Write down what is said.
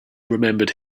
remembered